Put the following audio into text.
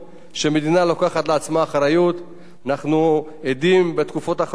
אנחנו עדים בתקופות האחרונות לכך שהמדינה רוצה להפריט שירותים,